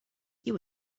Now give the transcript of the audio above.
you